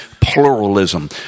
pluralism